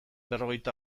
berrogeita